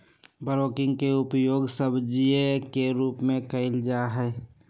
broccoli के उपयोग सब्जीया के रूप में कइल जाहई